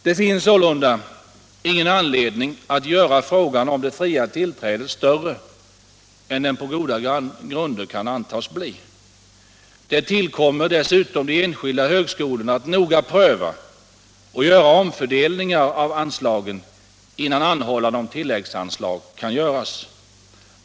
Det finns sålunda ingen anledning att göra frågan om det fria tillträdet större än den på goda grunder kan antas bli. Det tillkommer dessutom de enskilda högskolorna att noga pröva och göra omfördelningar av anslagen, innan anhållan om tilläggsanslag kan göras.